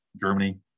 Germany